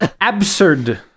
absurd